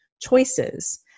choices